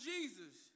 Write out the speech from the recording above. Jesus